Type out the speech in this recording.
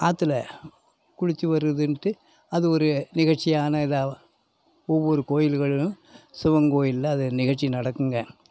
ஆற்றுல குளிச்சு வருதுன்ட்டு அது ஒரு நிகழ்ச்சியான இதாக ஒவ்வொரு கோவில்களிலும் சிவன் கோவிலில் அது நிகழ்ச்சி நடக்குங்க